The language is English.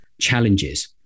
challenges